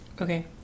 Okay